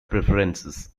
preferences